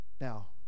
Now